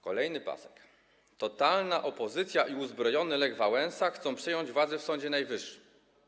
Kolejny pasek: „Totalna opozycja i uzbrojony Lech Wałęsa chcą przejąć władzę w Sądzie Najwyższym”